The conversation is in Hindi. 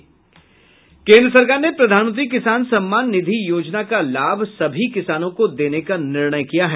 केन्द्र सरकार ने प्रधानमंत्री किसान सम्मान निधि योजना का लाभ सभी किसानों को देने का निर्णय किया है